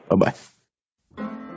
Bye-bye